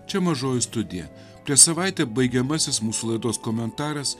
čia mažoji studija prieš savaitę baigiamasis mūsų laidos komentaras